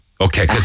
Okay